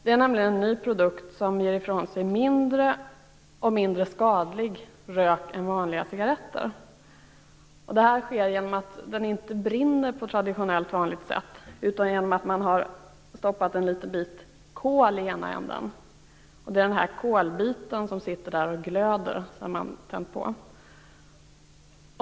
Det är en produkt som ger ifrån sig mindre, och mindre skadlig, rök än vanliga cigaretter. Det sker genom att den inte brinner på vanligt sätt. Man har stoppat en bit kol i ena ändan. Den kolbiten glöder sedan man tänt på.